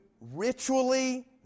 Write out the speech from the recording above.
ritually